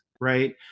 Right